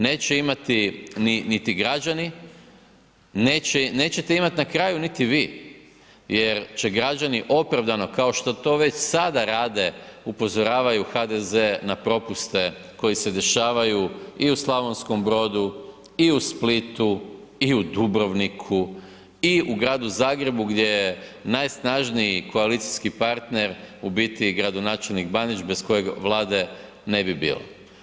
Neće imati niti građani, nećete imati na kraju niti vi jer će građani opravdano, kao što to već sada rade, upozoravaju HDZ na propuste koji se dešavaju i u Slavonskom Brodu i u Splitu i u Dubrovniku i u Gradu Zagrebu gdje najsnažniji koalicijski partner u biti gradonačelnik Bandić bez kojeg Vlade ne bi bilo.